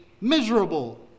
miserable